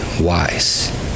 wise